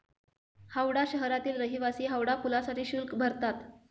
हावडा शहरातील रहिवासी हावडा पुलासाठी शुल्क भरतात